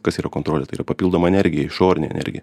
kas yra kontrolė tai yra papildoma energija išorinė energija